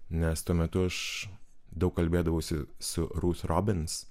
nes tuo metu aš daug kalbėdavausi su rus robins